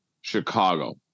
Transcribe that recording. Chicago